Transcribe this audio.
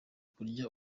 kurya